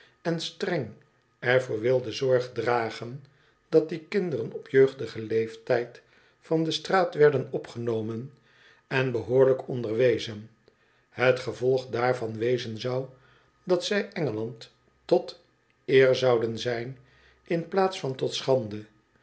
on streng er voor wilde zorg dragen dat die kindoren op jeugdigen leeftijd van de straat werden opgenomen en behoorlijk onderwezen het gevolg daarvan wezen zou dat zij engeland tot eer zouden zijn in plaats tot schande